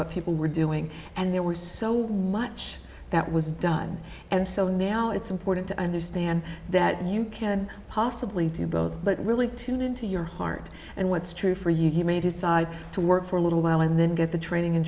what people were doing and there was so much that was done and so now it's important to understand that you can possibly do both but really tune into your heart and what's true for you may decide to work for a little while and then get the training in